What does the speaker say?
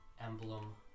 emblem